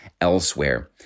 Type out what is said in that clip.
elsewhere